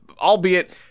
albeit